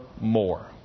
more